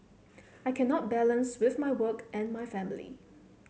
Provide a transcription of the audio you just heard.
I cannot balance with my work and my family